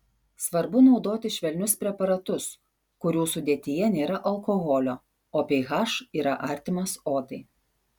svarbu naudoti švelnius preparatus kurių sudėtyje nėra alkoholio o ph yra artimas odai